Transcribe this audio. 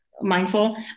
mindful